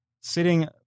sitting